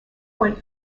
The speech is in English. went